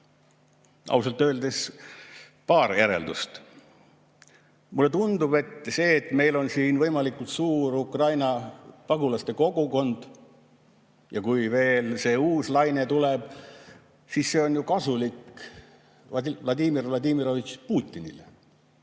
Ausalt öeldes on paar järeldust. Mulle tundub, et see, et meil on siin võimalikult suur Ukraina pagulaste kogukond, eriti kui veel uus laine tuleb, on ju kasulik Vladimir Vladimirovitš Putinile.